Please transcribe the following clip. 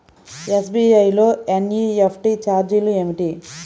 SBI లో NEFT ఛార్జీలు ఏమిటి?